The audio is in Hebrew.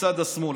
מצד השמאל.